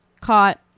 caught